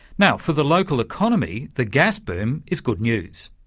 now, for the local economy the gas boom is good news,